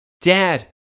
dad